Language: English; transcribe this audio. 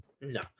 No